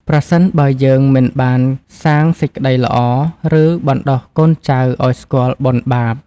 ប្រសិនបើយើងមិនបានសាងសេចក្ដីល្អ ឬបណ្ដុះកូនចៅឱ្យស្គាល់បុណ្យបាប។